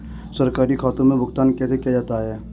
सरकारी खातों में भुगतान कैसे किया जाता है?